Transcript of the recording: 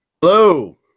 Hello